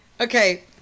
okay